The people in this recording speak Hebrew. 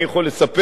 אני יכול לספר,